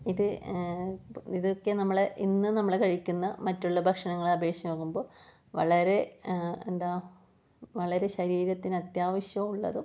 ഇത് ഇതൊക്കെ നമ്മളെ ഇന്ന് നമ്മള് കഴിക്കുന്ന മറ്റുള്ള ഭക്ഷണങ്ങളെ അപേക്ഷിച്ച് നോക്കുമ്പോൾ വളരെ എന്താ വളരെ ശരീരത്തിന് അത്യാവശ്യമുള്ളതും